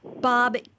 Bob